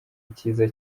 icyiza